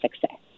success